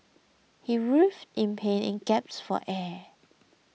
he writhed in pain and gaps for air